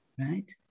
right